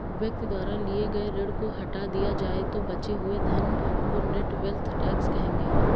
व्यक्ति द्वारा लिए गए ऋण को हटा दिया जाए तो बचे हुए धन को नेट वेल्थ टैक्स कहेंगे